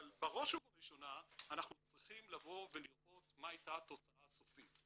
אבל בראש ובראשונה אנחנו צריכים לבוא ולראות מה הייתה התוצאה הסופית.